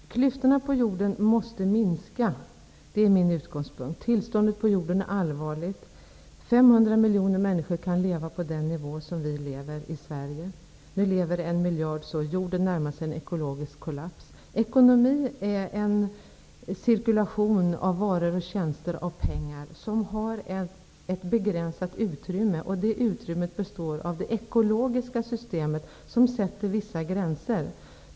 Fru talman! Klyftorna på jorden måste minska. Det är min utgångspunkt. Tillståndet på jorden är allvarligt. 500 miljoner människor kan leva på den nivå som vi i Sverige lever på. Nu lever en miljard så. Jorden närmar sig en ekologisk kollaps. Ekonomi är en cirkulation av varor, tjänster och pengar som har ett begränsat utrymme. Det utrymmet består av det ekologiska systemet, som sätter vissa gränser.